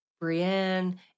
Brienne